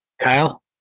Kyle